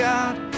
God